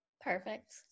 perfect